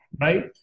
right